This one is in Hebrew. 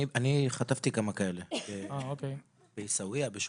אני חטפתי כמה כאלה בעיסאוויה, בשועפט.